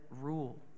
rule